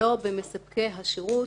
לא במספקי השירות,